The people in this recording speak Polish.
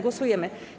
Głosujemy.